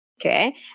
Okay